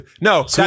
No